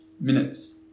minutes